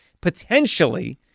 potentially